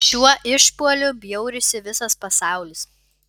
šiuo išpuoliu bjaurisi visas pasaulis